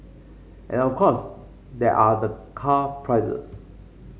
and of course there are the car prices